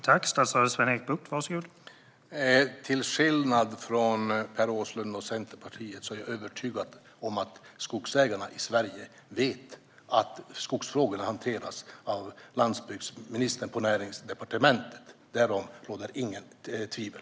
Herr talman! Till skillnad från Per Åsling och Centerpartiet är jag övertygad om att skogsägarna i Sverige vet att skogsfrågorna hanteras av landsbygdsministern på Näringsdepartementet. Därom råder inget tvivel.